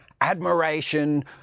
admiration